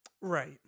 right